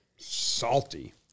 Salty